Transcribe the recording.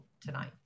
tonight